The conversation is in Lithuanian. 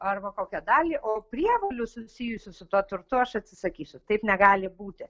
arba kokią dalį o prievolių susijusių su tuo turtu aš atsisakysiu taip negali būti